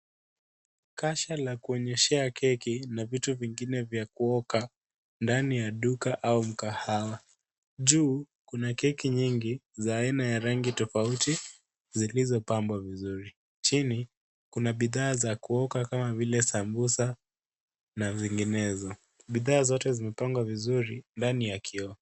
Kasha la kuonyeshea keki na vitu vingine vya kuoka, ndani ya duka au mkahawa. Juu, kuna keki nyingi, za aina ya rangi tofauti, zilizopambwa vizuri. Chini, kuna bidhaa za kuoka kama vile sambusa na vinginezo. Bidhaa zote zimepangwa vizuri ,ndani ya kioo.